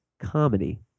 comedy